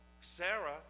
Sarah